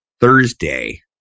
Thursday